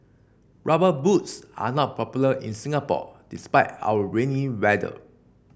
rubber boots are not popular in Singapore despite our rainy weather